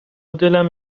دلم